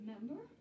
remember